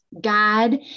God